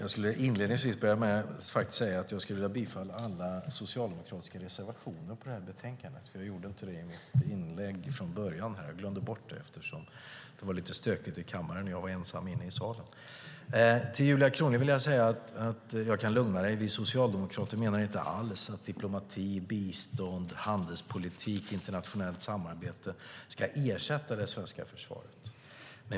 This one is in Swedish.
Fru talman! Jag börjar med att yrka bifall till alla socialdemokratiska reservationer, vilket jag glömde när jag höll mitt anförande. Jag kan lugna Julia Kronlid med att Socialdemokraterna inte alls menar att diplomati, bistånd, handelspolitik och internationellt samarbete ska ersätta det svenska försvaret.